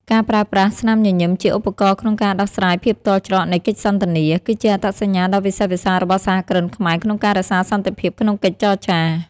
ការប្រើប្រាស់ "ស្នាមញញឹម" ជាឧបករណ៍ក្នុងការដោះស្រាយភាពទាល់ច្រកនៃកិច្ចសន្ទនា គឺជាអត្តសញ្ញាណដ៏វិសេសវិសាលរបស់សហគ្រិនខ្មែរក្នុងការរក្សាសន្តិភាពក្នុងកិច្ចចរចា។